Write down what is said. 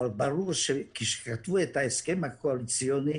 אבל ברור שכאשר כתבו את ההסכם הקואליציוני